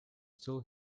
still